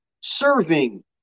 serving